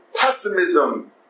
pessimism